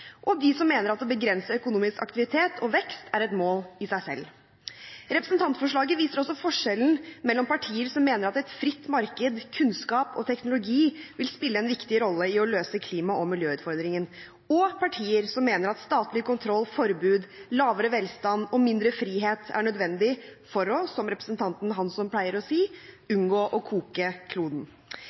og de som mener at å begrense økonomisk aktivitet og vekst er et mål i seg selv. Representantforslaget viser også forskjellen mellom partier som mener at et fritt marked, kunnskap og teknologi vil spille en viktig rolle i å løse klima- og miljøutfordringen, og partier som mener at statlig kontroll, forbud, lavere velstand og mindre frihet er nødvendig for – som representanten Hansson pleier å si – å unngå å koke kloden.